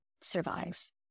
survives